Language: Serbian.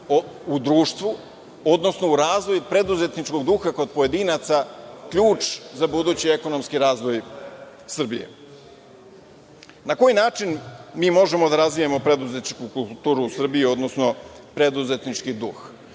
u društvu, odnosno u razvoj preduzetničkog duha kod pojedinaca, ključ za budući ekonomski razvoj Srbije. Na koji način mi možemo da razvijamo preduzetničku kulturu u Srbiji, odnosno preduzetnički duh?